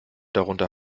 drunter